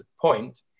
point